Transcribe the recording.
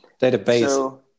database